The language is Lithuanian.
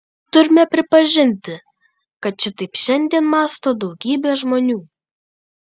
turime pripažinti kad šitaip šiandien mąsto daugybė žmonių